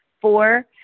Four